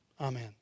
Amen